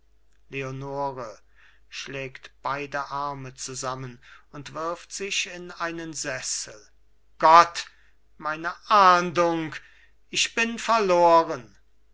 leonore schlägt beide arme zusammen und wirft sich in einen sessel gott meine ahndung ich bin verloren